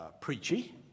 preachy